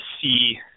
see